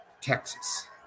Texas